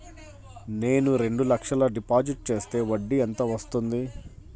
నేను రెండు లక్షల డిపాజిట్ చేస్తే వడ్డీ ఎంత వస్తుంది?